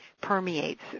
permeates